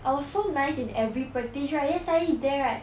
I was so nice in every practise right then suddenly there right